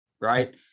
right